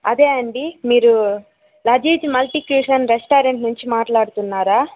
అదే అండీ మీరు లజీజ్ మల్టీ క్యూషన్ రెస్టారంట్ నుంచి మాట్లాడుతున్నారా